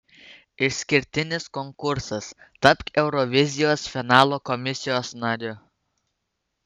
išskirtinis konkursas tapk eurovizijos finalo komisijos nariu